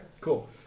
cool